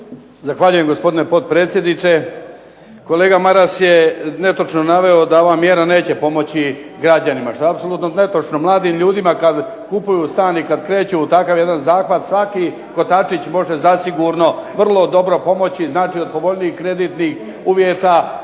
Zahvaljujem gospodine potpredsjedniče. Kolega Maras je netočno naveo da ova mjera neće pomoći građanima, što je apsolutno netočno. Mladim ljudima kad kupuju stan i kad kreću u takav jedan zahvat, svaki kotačić može zasigurno vrlo dobro pomoći, znači od povoljnijih kreditnih uvjeta,